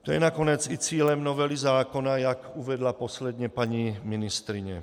To je nakonec i cílem novely zákona, jak uvedla posledně paní ministryně.